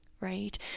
right